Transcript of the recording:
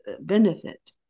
benefit